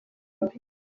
imbere